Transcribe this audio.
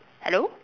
hello